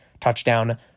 Touchdown